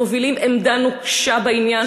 מובילים עמדה נוקשה בעניין,